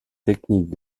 techniques